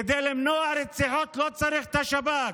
כדי למנוע רציחות לא צריך את השב"כ,